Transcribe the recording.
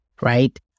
right